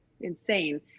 insane